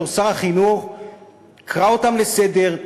בתור שר החינוך קרא אותם לסדר,